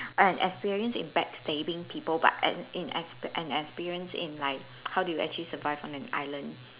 an experience in backstabbing people but an in expe~ and experience in like how do you actually survive in an island